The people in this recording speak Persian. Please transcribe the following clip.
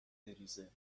بریزه